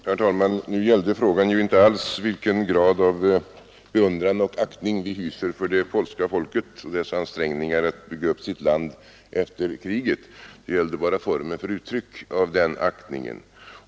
Herr talman! Nu gällde ju frågan inte alls vilken grad av beundran och aktning vi känner för det polska folket och dess ansträngningar att bygga upp sitt land efter kriget. Den gällde bara formen för uttrycket för denna aktning.